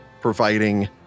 providing